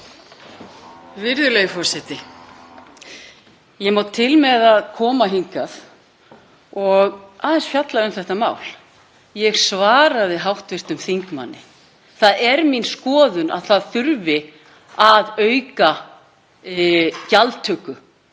Virðulegi forseti. Ég má til með að koma hingað og aðeins fjalla um þetta mál. Ég svaraði hv. þingmanni. Það er mín skoðun að það þurfi að auka gjaldtöku